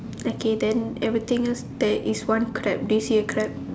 okay then everything lah there is one crab do you see a crab